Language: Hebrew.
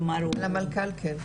כלומר הוא על המנכ"ל כן.